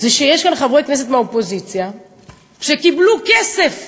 שיש כאן חברי כנסת מהאופוזיציה שקיבלו כסף,